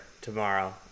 tomorrow